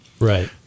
Right